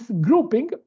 grouping